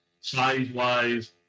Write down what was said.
size-wise